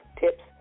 tips